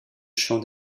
chant